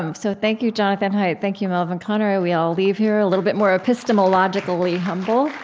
ah so thank you, jonathan haidt. thank you, melvin konner. we all leave here a little bit more epistemologically humble.